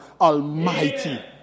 almighty